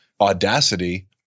audacity